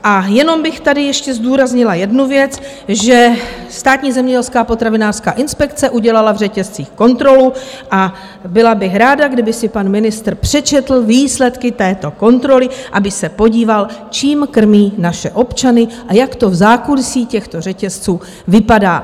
A jenom bych tady ještě zdůraznila jednu věc, že Státní zemědělská a potravinářská inspekce udělala v řetězcích kontrolu, a byla bych ráda, kdyby si pan ministr přečetl výsledky této kontroly, aby se podíval, čím krmí naše občany a jak to v zákulisí těchto řetězců vypadá.